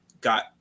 got